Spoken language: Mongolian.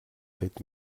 тэд